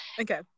Okay